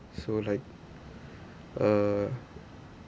so like uh